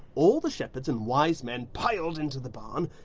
all the shepherds and wise men piled into the barn,